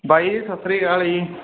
ਬਾਈ ਜੀ ਸਤਿ ਸ਼੍ਰੀ ਅਕਾਲ ਜੀ